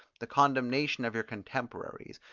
the condemnation of your contemporaries,